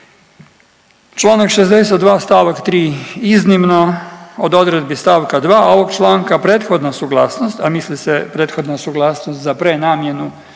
Članak 62. stavak 3. iznimno od odredbi stavka 2. ovog članka prethodna suglasnost, a misli se prethodna suglasnost za prenamjenu